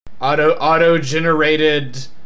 Auto-auto-generated